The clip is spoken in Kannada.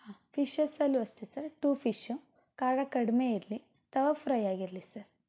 ಹಾಂ ಫಿಶಸಲ್ಲೂ ಅಷ್ಟೇ ಸರ್ ಟು ಫಿಶ್ಶು ಖಾರ ಕಡಿಮೆ ಇರಲಿ ತವಾ ಫ್ರೈ ಆಗಿರಲಿ ಸರ್